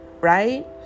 right